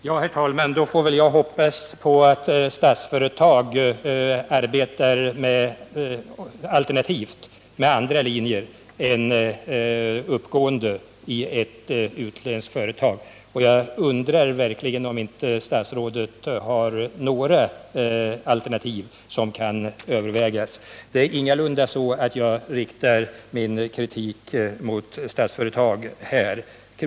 Herr talman! Då får jag väl hoppas att Statsföretag alternativt kommer att arbeta efter andra linjer än ett uppgående i ett utländskt företag. Jag undrar om statsrådet verkligen inte har några andra alternativ som kan övervägas.